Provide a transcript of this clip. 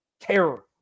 terror